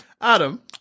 Adam